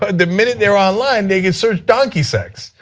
but the minute they are online, they can search donkey sex,